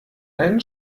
einen